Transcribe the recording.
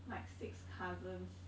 like six cousins